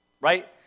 Right